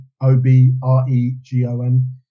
O-B-R-E-G-O-N